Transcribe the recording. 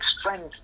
strength